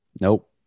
nope